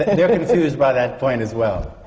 they're confused by that point as well.